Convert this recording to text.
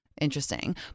interesting